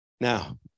Now